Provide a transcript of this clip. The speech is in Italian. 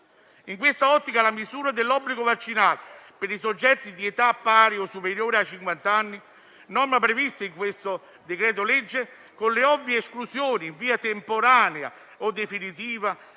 In quest'ottica la misura dell'obbligo vaccinale per i soggetti di età pari o superiore a cinquant'anni, norma prevista in questo decreto-legge, con le ovvie esclusioni in via temporanea o definitiva,